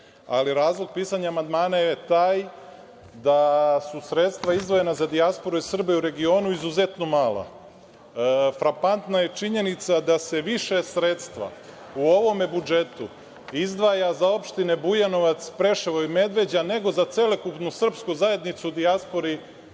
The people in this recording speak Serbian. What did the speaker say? ali razlog pisanja amandmana je taj da su sredstva izdvojena za dijasporu i Srbije u regionu izuzetno mala. Frampantna je činjenica da se više sredstva u ovom budžetu izdvaja za opštine Bujanovac, Preševo i Medveđa nego za celokupnu srpsku zajednicu, dijasporu